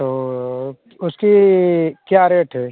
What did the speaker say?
तो उसकी क्या रेट है